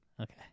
Okay